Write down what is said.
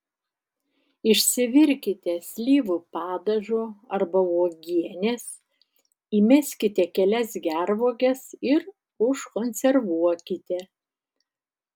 išsivirkite slyvų padažo arba uogienės įmeskite kelias gervuoges ir užkonservuokite